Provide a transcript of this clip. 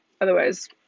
otherwise